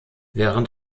während